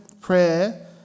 Prayer